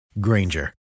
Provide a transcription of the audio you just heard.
Granger